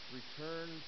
Return